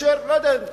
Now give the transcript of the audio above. לא יודע אם התכוון,